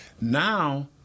Now